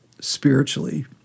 spiritually